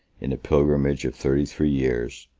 in a pilgrimage of thirty-three years,